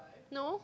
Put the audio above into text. no